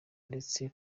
ndetse